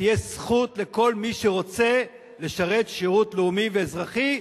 שתהיה זכות לכל מי שרוצה לשרת שירות לאומי ואזרחי,